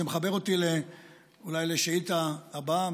זה מחבר אותי אולי לשאילתה הבאה,